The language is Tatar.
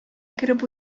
кереп